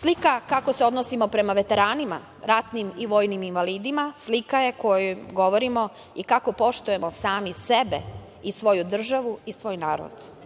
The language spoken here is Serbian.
Slika kako se odnosimo prema veteranima, ratnim i vojnim invalidima, slika je kojoj govorimo kako poštujemo sami sebe i svoju državu i svoj narod. Srbija